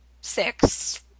six